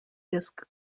disc